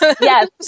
Yes